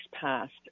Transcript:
passed